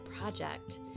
Project